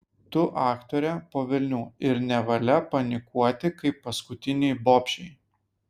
tu aktorė po velnių ir nevalia panikuoti kaip paskutinei bobšei